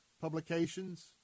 publications